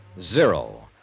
zero